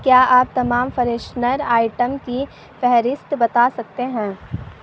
کیا آپ تمام فریشنر آئٹم کی فہرست بتا سکتے ہیں